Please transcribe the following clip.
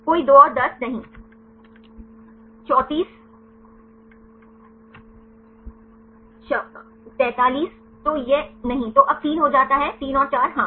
कोई 2 और 10 नहीं 34 43 तो यह नहीं तो अब 3 हो जाता है 3 और 4 हाँ